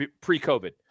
pre-COVID